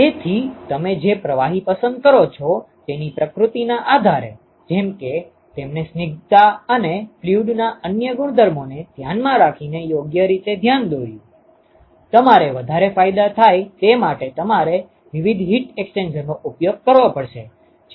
તેથી તમે જે પ્રવાહી પસંદ કરો છો તેની પ્રકૃતિના આધારે જેમ કે તેમણે સ્નિગ્ધતા અને ફલ્યુડના અન્ય ગુણધર્મોને ધ્યાનમાં રાખીને યોગ્ય રીતે ધ્યાન દોર્યું તમારે વધારે ફાયદા થાય તે માટે તમારે વિવિધ હીટ એક્સ્ચેન્જરનો ઉપયોગ કરવો પડશે જેની દ્રષ્ટિએ તમને લાભ થશે